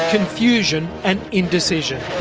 confusion and indecision.